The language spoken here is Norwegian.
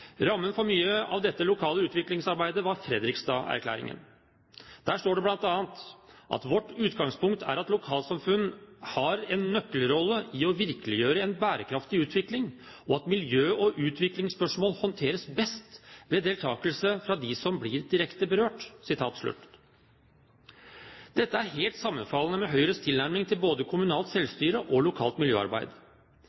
Rammen for mye av dette lokale utviklingsarbeidet var Fredrikstaderklæringen. Der står det bl.a.: «Vårt utgangspunkt er at lokalsamfunn har en nøkkelrolle i å virkeliggjøre en bærekraftig utvikling og at miljø- og utviklingsspørsmål håndteres best ved deltakelse fra de som blir direkte berørt.» Dette er helt sammenfallende med Høyres tilnærming til både kommunalt